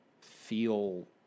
feel